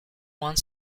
one